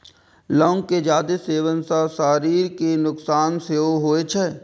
लौंग के जादे सेवन सं शरीर कें नुकसान सेहो होइ छै